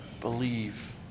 believe